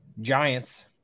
Giants